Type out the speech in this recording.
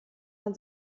man